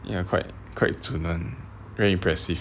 ya quite quite 准 [one] very impressive